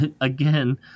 Again